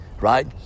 right